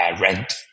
rent